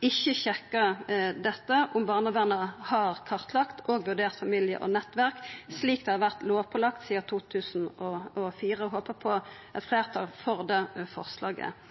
ikkje sjekkar om barnevernet har kartlagt og vurdert familie og nettverk, slik dei har vore lovpålagde sidan 2004. Eg håper på eit fleirtal for dette forslaget.